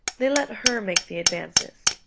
they let her make the advances,